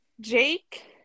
jake